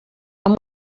amb